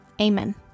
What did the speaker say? Amen